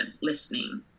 listening